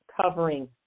covering